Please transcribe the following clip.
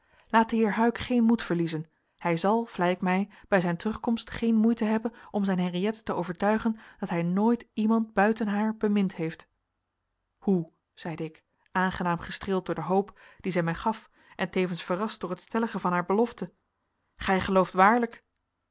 laat de heer huyck geen moed verliezen hij zal vlei ik mij bij zijn terugkomst geen moeite hebben om zijn henriëtte te overtuigen dat hij nooit iemand buiten haar bemind heeft hoe zeide ik aangenaam gestreeld door de hoop die zij mij gaf en tevens verrast door het stellige van haar belofte gij gelooft waarlijk